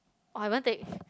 oh I haven't take